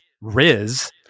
riz